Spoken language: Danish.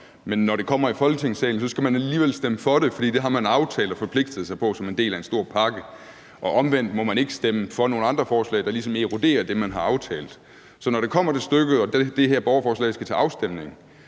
men når det kommer i Folketingssalen, skal man alligevel stemme for det, for det har man aftalt og forpligtet sig på som en del af en stor pakke. Og omvendt må man ikke stemme for nogle andre forslag, der ligesom eroderer det, man har aftalt. Så når det kommer til stykket og det her borgerforslag skal til afstemning,